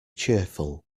cheerful